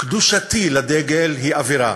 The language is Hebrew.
קדושתי לדגל הוא עבירה.